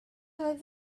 oedd